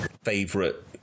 favorite